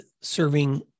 serving